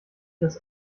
das